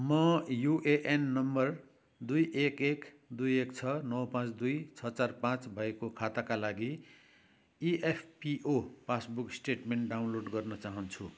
म UAN number दुई एक एक दुई एक छ नौ पाँच दुई छ चार पाँच भएको खाताका लागि इएफपिओ पासबुक स्टेटमेन्ट डाउनलोड गर्न चाहन्छु